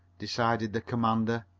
decided the commander,